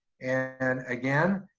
and again,